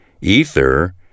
Ether